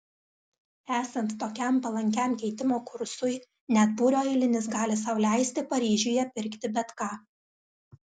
esant tokiam palankiam keitimo kursui net būrio eilinis gali sau leisti paryžiuje pirkti bet ką